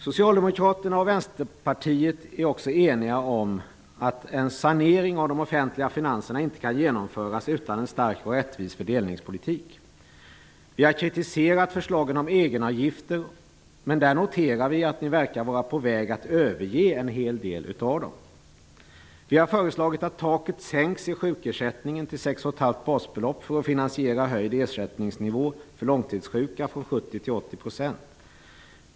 Socialdemokraterna och Vänsterpartiet är också eniga om att en sanering av de offentliga finanserna inte kan genomföras utan en stark och rättvis fördelningspolitik. Vi har kritiserat förslagen om egenavgifter, men där noterar vi att ni verkar vara på väg att överge en hel del av dem. Vi har föreslagit att taket sänks i sjukersättningen till 6,5 basbelopp för att finansiera höjd ersättningsnivå för långtidssjuka från 70 % till 80 %.